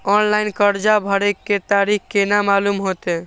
Online कर्जा भरे के तारीख केना मालूम होते?